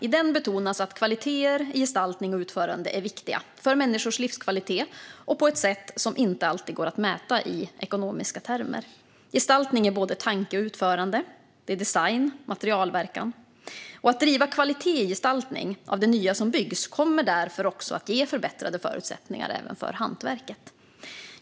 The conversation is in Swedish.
I den betonas att kvaliteter i gestaltning och utförande är viktiga för människors livskvalitet och på ett sätt som inte alltid går att mäta i ekonomiska termer. Gestaltning är både tanke och utförande, design och materialverkan. Att driva kvalitet i gestaltning av det nya som byggs kommer därför att ge förbättrade förutsättningar även för hantverket.